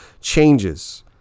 changes